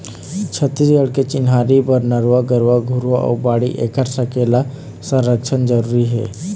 छत्तीसगढ़ के चिन्हारी बर नरूवा, गरूवा, घुरूवा अउ बाड़ी ऐखर सकेला, संरक्छन जरुरी हे